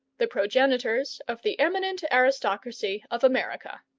the progenitors of the eminent aristocracy of america.